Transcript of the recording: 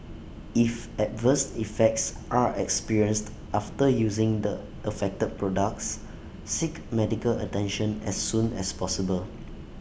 if adverse effects are experienced after using the affected products seek medical attention as soon as possible